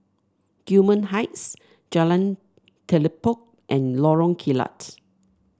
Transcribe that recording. Gillman Heights Jalan Telipok and Lorong Kilat